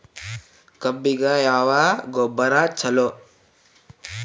ಕಬ್ಬಿಗ ಯಾವ ಗೊಬ್ಬರ ಛಲೋ?